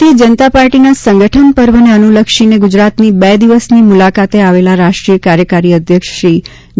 ભારતીય જનતા પાર્ટીના સંગઠન પર્વને અનુલક્ષીને ગુજરાતની બે દિવસની મુલાકાતે આવેલા રાષ્ટ્રીય કાર્યકારી અધ્યક્ષ શ્રી જે